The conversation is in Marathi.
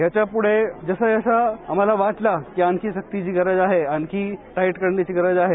याच्या पुढे जसं जसं आम्हाला वाटलं की आणखी सक्तीची गरज आहे आणखी टाईट करण्याची गरज आहे